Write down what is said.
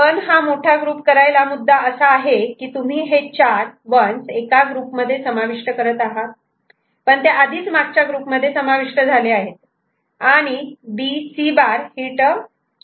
पण हा मोठा ग्रुप करायला मुद्दा असा आहे की तुम्ही हे चार 1's एका ग्रुप मध्ये समाविष्ट करत आहात पण ते आधीच मागच्या ग्रुपमध्ये समाविष्ट झाले आहेत आणि B C' हि टर्म इथे आहे